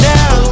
Now